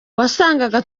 wasangaga